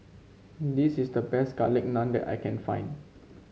this is the best Garlic Naan that I can find